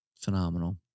Phenomenal